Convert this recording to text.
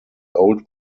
old